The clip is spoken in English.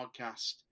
podcast